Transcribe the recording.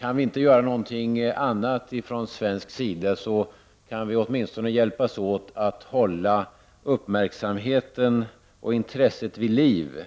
Om vi inte kan göra någonting annat från svensk sida, så kan vi åtminstone hjälpas åt att hålla uppmärksamheten och intresset vid liv,